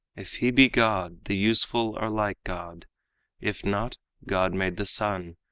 if he be god, the useful are like god if not, god made the sun,